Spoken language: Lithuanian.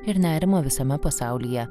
ir nerimą visame pasaulyje